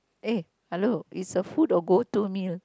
eh hello is the food or go to meal